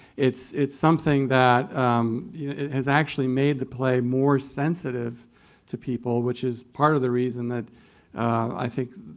it's it's something that has actually made the play more sensitive to people, which is part of the reason that i think,